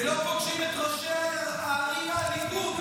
הם לא פוגשים את ראשי הערים מהליכוד,